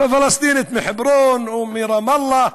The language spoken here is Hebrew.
בפלסטינית מחברון או מרמאללה,